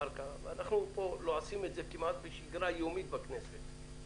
אנחנו פה לועסים את זה כמעט בשגרה יומית בכנסת.